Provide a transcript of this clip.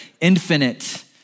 infinite